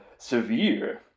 Severe